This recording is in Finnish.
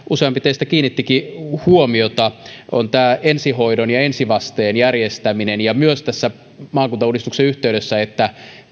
useampi teistä kiinnittikin huomiota on ensihoidon ja ensivasteen järjestäminen ja myös tässä maakuntauudistuksen yhteydessä se että